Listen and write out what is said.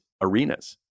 arenas